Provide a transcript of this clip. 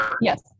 Yes